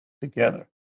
together